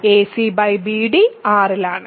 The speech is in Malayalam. acbd R ൽ ആണ്